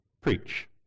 Preach